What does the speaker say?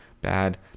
bad